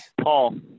Paul